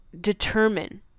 determine